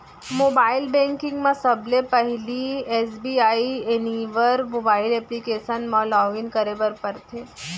mobile banking म सबले पहिली एस.बी.आई एनिवर मोबाइल एप्लीकेसन म लॉगिन करे बर परथे